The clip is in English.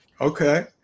Okay